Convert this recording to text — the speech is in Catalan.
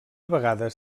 vegades